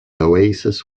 oasis